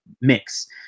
mix